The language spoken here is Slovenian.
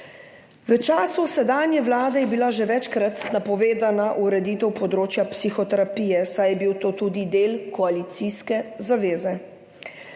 V času sedanje vlade je bila že večkrat napovedana ureditev področja psihoterapije, saj je bil to tudi del koalicijske zaveze.